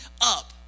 up